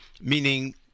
meaning